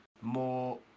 more